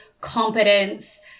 competence